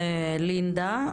לינדה,